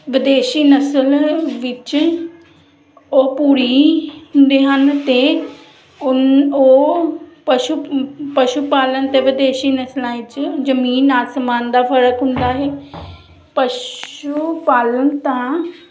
ਵਿਦੇਸ਼ੀ ਨਸਲ ਵਿੱਚ ਉਹ ਭੂਰੀ ਹੁੰਦੇ ਹਨ ਅਤੇ ਉਨ ਉਹ ਪਸ਼ੂ ਪਸ਼ੂ ਪਾਲਣ ਤੇ ਵਿਦੇਸ਼ੀ ਨਸਲਾਂ ਵਿੱਚ ਜ਼ਮੀਨ ਆਸਮਾਨ ਦਾ ਫਰਕ ਹੁੰਦਾ ਹੈ ਪਸ਼ੂ ਪਾਲਣ ਤਾਂ